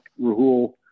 Rahul